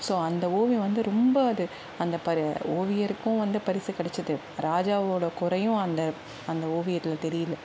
so அந்த ஓவியம் வந்து ரொம்ப அது அந்த பரு ஓவியருக்கும் வந்து பரிசு கிடச்சிது ராஜாவோட குறையும் அந்த அந்த ஓவியத்தில் தெரியல